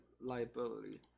liability